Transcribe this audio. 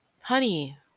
Honey